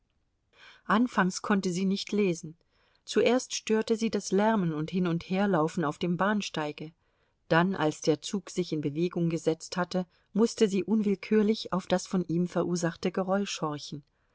anfangs konnte sie nicht lesen zuerst störte sie das lärmen und hinundherlaufen auf dem bahnsteige dann als der zug sich in bewegung gesetzt hatte mußte sie unwillkürlich auf das von ihm verursachte geräusch horchen